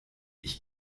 ich